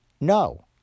No